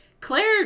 Claire